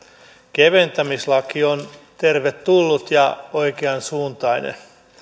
keventämislaki on tervetullut ja oikeansuuntainen